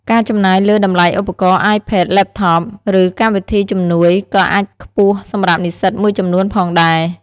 ការចំណាយលើ តម្លៃឧបករណ៍ អាយផេត, ឡេបថប ឬកម្មវិធីជំនួយ ក៏អាចខ្ពស់សម្រាប់និស្សិតមួយចំនួនផងដែរ។